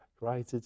right